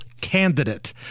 candidate